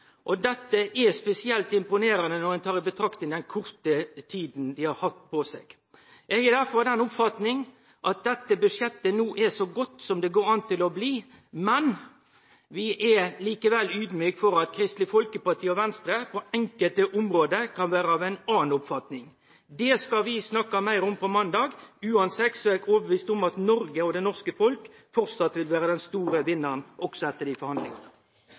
Dette er spesielt imponerande når ein tar i betraktning den korte tida dei har hatt på seg. Eg er derfor av den oppfatning at dette budsjettet no er så godt som det går an å bli, men vi er likevel audmjuke for at Kristeleg Folkeparti og Venstre på enkelte område kan vere av ei anna oppfatning. Det skal vi snakke meir om på måndag. Uansett er eg overbevist om at Noreg og det norske folk framleis vil vere den store vinnaren, også etter dei forhandlingane.